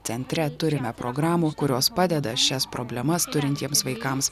centre turime programų kurios padeda šias problemas turintiems vaikams